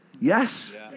yes